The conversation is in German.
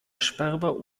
sperber